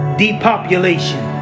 depopulation